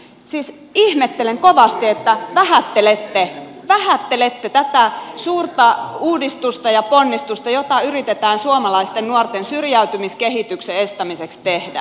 siis ihmettelen kovasti että vähättelette tätä suurta uudistusta ja ponnistusta jota yritetään suomalaisten nuorten syrjäytymiskehityksen estämiseksi tehdä